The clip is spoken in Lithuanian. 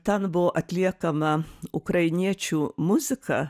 ten buvo atliekama ukrainiečių muzika